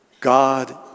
God